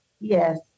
Yes